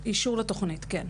אישור לתוכנית, כן.